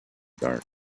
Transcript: dark